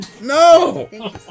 No